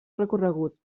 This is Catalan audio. recorregut